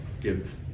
give